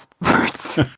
words